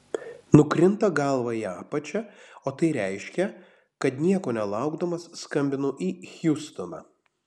nukrinta galva į apačią o tai reiškia kad nieko nelaukdamas skambinu į hjustoną